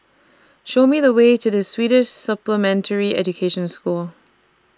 Show Me The Way to The Swedish Supplementary Education School